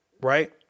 right